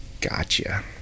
gotcha